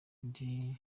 indi